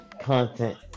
content